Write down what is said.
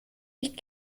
nicht